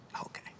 Okay